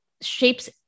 Shapes